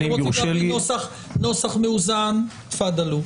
אם אתם רוצים להביא נוסח מאוזן, בבקשה.